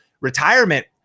retirement